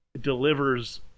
delivers